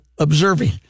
observing